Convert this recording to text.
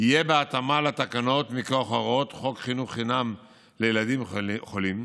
יהיה בהתאמה לתקנות מכורח הוראת חוק חינוך חינם לילדים חולים,